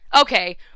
Okay